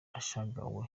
ashagawe